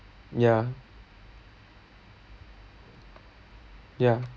ya ya